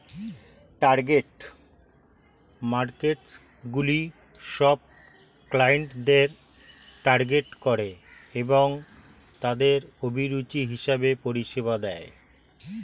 target মার্কেটসগুলি সব ক্লায়েন্টদের টার্গেট করে এবং তাদের অভিরুচি হিসেবে পরিষেবা দেয়